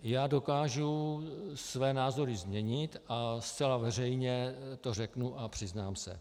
Já dokážu své názory změnit a zcela veřejně to řeknu a přiznám se.